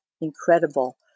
incredible